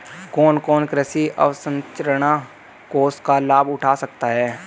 कौन कौन कृषि अवसरंचना कोष का लाभ उठा सकता है?